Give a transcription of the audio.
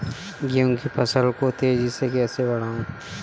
गेहूँ की फसल को तेजी से कैसे बढ़ाऊँ?